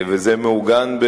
וזה מעוגן,